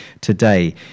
today